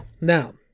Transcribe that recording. Now